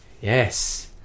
Yes